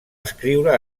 escriure